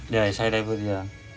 ya it's high level ya